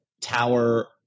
tower